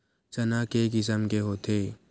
चना के किसम के होथे?